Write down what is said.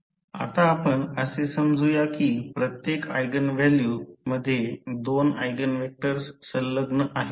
आता आपण असे समजूया की प्रत्येक ऎगेन व्हॅल्यू मध्ये दोन ऎगेन व्हेक्टर्स संलग्न आहेत